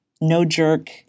no-jerk